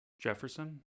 Jefferson